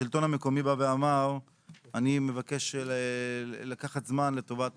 השלטון המקומי בא ואמר "אני מבקש לקחת זמן לטובת